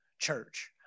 church